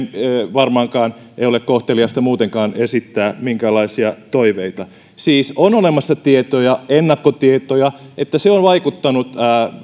varmaankaan ei ole kohteliasta muutenkaan esittää minkäänlaisia toiveita siis on olemassa tietoja ennakkotietoja että se on vaikuttanut